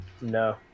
no